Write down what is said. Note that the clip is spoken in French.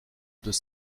deux